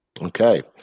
Okay